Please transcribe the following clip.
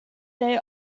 they